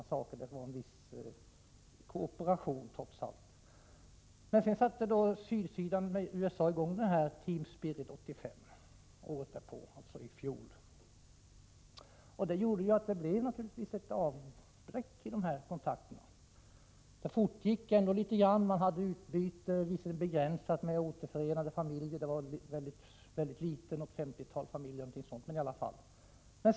Det blev ett visst samarbete, trots allt. Men året därpå, alltså i fjol, satte sydsidan med USA i gång Team Spirit 85. Och det gjorde att det naturligtvis blev ett avbräck i kontakterna. De fortgick ändå litet grand. Man hade ett utbyte, om än begränsat, när det gällde återförenade familjer. Det handlade om rätt få familjer, ett femtiotal, men det var ändå något.